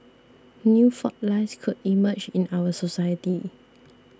new fault lines could emerge in our society